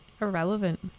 irrelevant